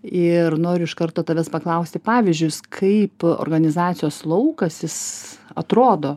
ir noriu iš karto tavęs paklausti pavyzdžius kaip organizacijos laukas jis atrodo